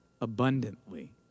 abundantly